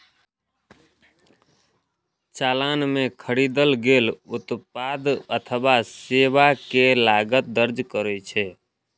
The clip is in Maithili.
चालान मे खरीदल गेल उत्पाद अथवा सेवा के लागत दर्ज रहै छै